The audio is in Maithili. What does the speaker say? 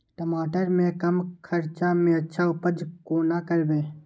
टमाटर के कम खर्चा में अच्छा उपज कोना करबे?